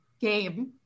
game